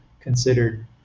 considered